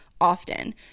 often